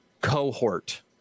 cohort